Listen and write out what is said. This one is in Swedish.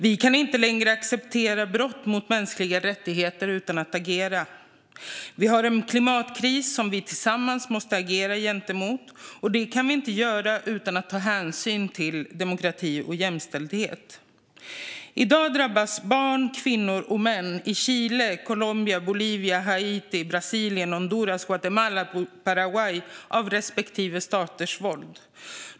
Vi kan inte längre acceptera brott mot mänskliga rättigheter utan att agera. Vi har en klimatkris som vi tillsammans måste agera mot, och det kan vi inte göra utan att ta hänsyn till demokrati och jämställdhet. I dag drabbas barn, kvinnor och män i Chile, Colombia, Bolivia, Haiti, Brasilien, Honduras, Guatemala och Paraguay av respektive staters våld.